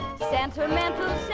sentimental